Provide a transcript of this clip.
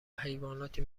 حیواناتی